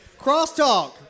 Crosstalk